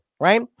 right